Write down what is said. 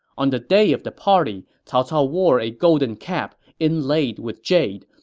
on the day of the party, cao cao wore a golden cap inlaid with jade,